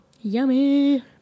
Yummy